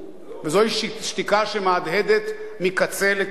וזוהי שתיקה שמהדהדת מקצה אל קצה.